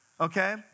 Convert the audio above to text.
okay